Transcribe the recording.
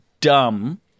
dumb